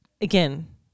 again